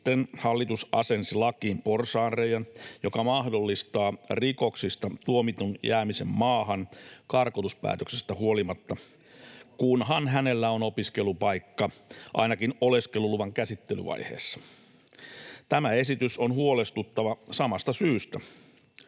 sitten hallitus asensi lakiin porsaanreiän, joka mahdollistaa rikoksista tuomitun jäämisen maahan karkotuspäätöksestä huolimatta, [Mauri Peltokangas: Erinomainen huomio!] kunhan hänellä on opiskelupaikka ainakin oleskeluluvan käsittelyvaiheessa. Tämä esitys on huolestuttava samasta syystä.